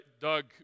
Doug